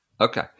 Okay